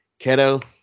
Keto